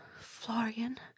florian